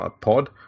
Pod